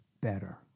better